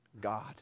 God